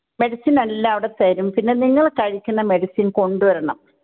medicine എല്ലാം അവിടെ തരും പിന്നെ നിങ്ങൾ കഴിക്കുന്ന മെഡിസിൻ കൊണ്ടുവരണം